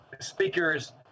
speakers